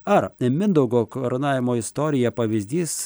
ar mindaugo karūnavimo istorija pavyzdys